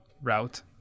route